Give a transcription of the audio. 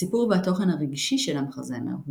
הסיפור והתוכן הרגשי של המחזמר – הומור,